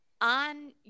on